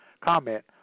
comment